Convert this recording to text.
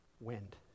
wind